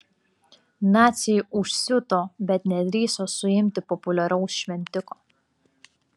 naciai užsiuto bet nedrįso suimti populiaraus šventiko